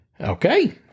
Okay